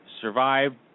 survived